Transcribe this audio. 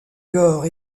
gore